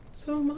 so